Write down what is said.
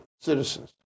citizens